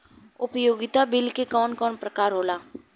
उपयोगिता बिल के कवन कवन प्रकार होला?